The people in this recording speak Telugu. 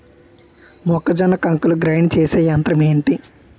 మొక్కజొన్న కంకులు గ్రైండ్ చేసే యంత్రం ఏంటి?